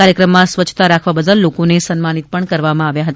કાર્યક્રમમાં સ્વચ્છતા રાખવા બદલ લોકોને સન્માનિત કરવામાં આવ્યાં હતા